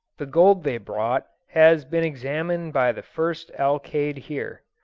the gold they brought has been examined by the first alcalde here,